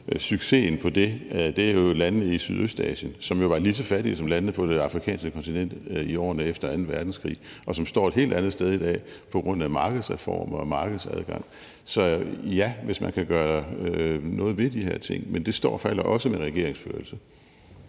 et billede på det, er jo lande i Sydøstasien, som var lige så fattige som landene på det afrikanske kontinent i årene efter anden verdenskrig, og som står et helt andet sted i dag på grund af markedsreformer og markedsadgang. Så svaret er ja, hvis man kan gøre noget ved de her ting. Men det står og falder også med regeringsførelse.